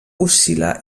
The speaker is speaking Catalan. oscil·la